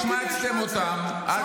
הם לא "שלהם", הם של צה"ל.